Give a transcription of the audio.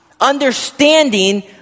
understanding